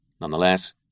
Nonetheless